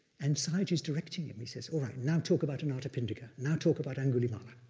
and sayagyi is directing him. he says, all right, now talk about anathapindika, now talk about angulimala,